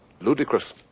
ludicrous